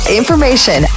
information